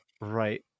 right